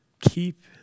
keep